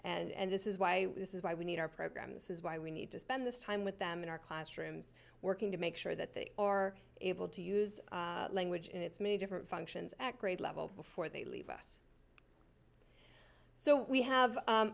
do and this is why this is why we need our program this is why we need to spend this time with them in our classrooms working to make sure that they are able to use language in its many different functions at grade level before they leave us so we have